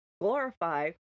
glorify